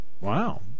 wow